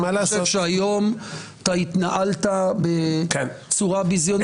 אני חושב שהיום התנהלת בצורה ביזיונית.